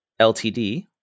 Ltd